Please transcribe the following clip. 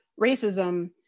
racism